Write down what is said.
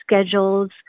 schedules